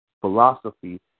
philosophy